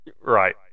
Right